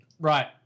right